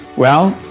well,